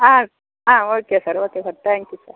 ஆ ஆ okay sir okay sir thank you sir